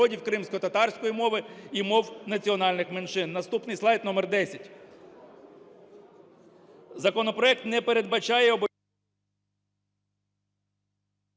Наступний слайд - номер 10.